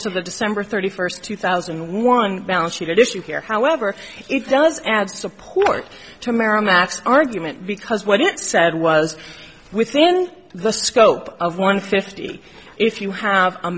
to the december thirty first two thousand and one balance sheet at issue here however it does add support tomorrow max argument because what it said was within the scope of one fifty if you have a